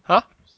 !huh!